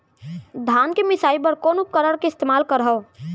धान के मिसाई बर कोन उपकरण के इस्तेमाल करहव?